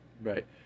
Right